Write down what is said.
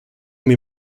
mir